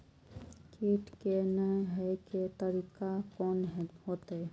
कीट के ने हे के तरीका कोन होते?